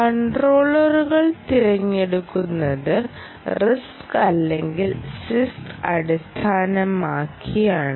കൺട്രോളറുകൾ തിരഞ്ഞെടുക്കുന്നത് RISC അല്ലെങ്കിൽ CISC അടിസ്ഥാനമാക്കിയാണ്